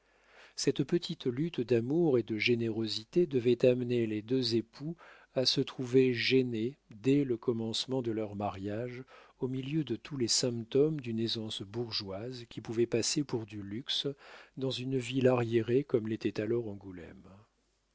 cette petite lutte d'amour et de générosité devait amener les deux époux à se trouver gênés dès le commencement de leur mariage au milieu de tous les symptômes d'une aisance bourgeoise qui pouvait passer pour du luxe dans une ville arriérée comme l'était alors angoulême